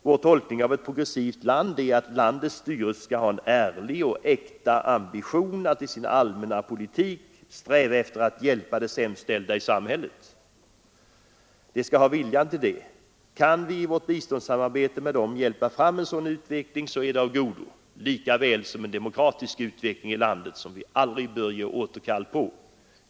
Vår tolkning av ett progressivt land är att landets styrelse skall ha en ärlig och äkta ambition att i sin allmänna politik sträva efter att hjälpa de sämst ställda i samhället. Den skall ha viljan till det. Kan vi i vårt biståndssamarbete hjälpa fram en sådan utveckling, är det av godo, lika väl som en demokratisk utveckling i landet; något som vi aldrig bör ge avkall på.